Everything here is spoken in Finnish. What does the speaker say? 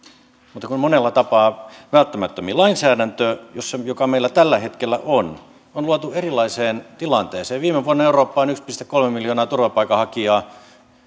mutta monella tapaa välttämättömin lainsäädäntö joka meillä tällä hetkellä on on luotu erilaiseen tilanteeseen viime vuonna eurooppaan tuli yksi pilkku kolme miljoonaa turvapaikanhakijaa